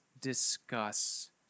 discuss